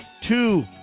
Two